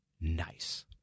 nice